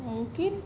mungkin